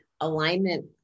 alignment